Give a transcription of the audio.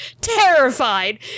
terrified